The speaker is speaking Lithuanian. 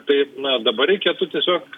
tai na dabar reikėtų tiesiog